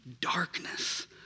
darkness